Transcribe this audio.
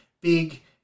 big